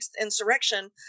insurrection